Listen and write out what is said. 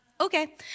okay